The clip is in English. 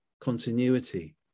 continuity